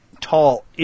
tall